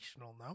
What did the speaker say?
no